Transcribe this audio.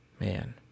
man